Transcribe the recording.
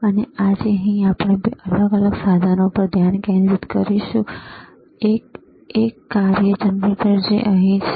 અને આજે અહીં આપણે બે અલગ અલગ સાધનો પર ધ્યાન કેન્દ્રિત કરીશું એક કાર્ય જનરેટર જે અહીં છે